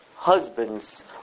Husbands